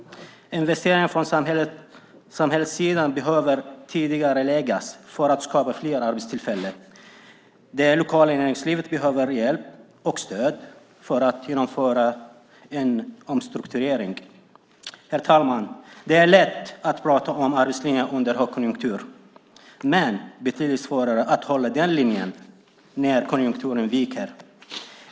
Investeringar från samhällets sida behöver tidigareläggas för att skapa fler arbetstillfällen. Det lokala näringslivet behöver hjälp och stöd för att genomföra en omstrukturering. Herr talman! Det är lätt att tala om arbetslinjen under högkonjunktur. Men det är betydligt svårare att hålla den linjen när konjunkturen viker.